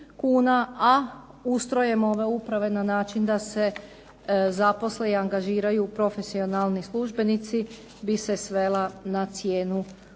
a ustrojem ove uprave na način da se zaposle i angažiraju profesionalni službenici bi se svela na cijenu od